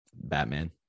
batman